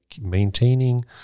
Maintaining